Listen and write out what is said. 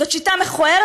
זאת שיטה מכוערת.